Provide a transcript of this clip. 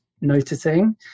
noticing